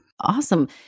Awesome